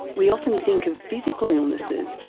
we often think of physical illnesses,